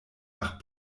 nach